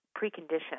precondition